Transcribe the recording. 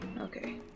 Okay